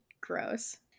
Gross